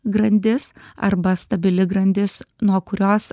grandis arba stabili grandis nuo kurios